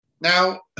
Now